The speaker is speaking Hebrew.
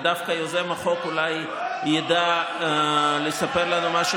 ודווקא יוזם החוק אולי ידע לספר לנו משהו